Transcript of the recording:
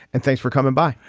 and thanks for coming by.